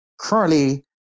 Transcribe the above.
currently